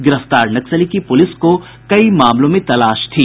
गिरफ्तार नक्सली की पुलिस को कई मामलों में तलाश थी